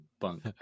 bunk